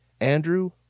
andrew